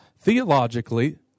Theologically